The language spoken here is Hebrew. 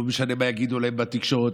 לא משנה מה יגידו עליהם בתקשורת.